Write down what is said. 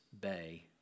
Bay